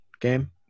game